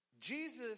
Jesus